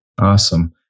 Awesome